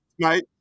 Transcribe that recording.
tonight